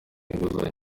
inguzanyo